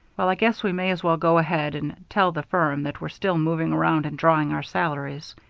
well, i guess we may as well go ahead and tell the firm that we're still moving around and drawing our salaries.